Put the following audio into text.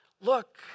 Look